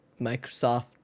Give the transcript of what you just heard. Microsoft